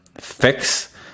fix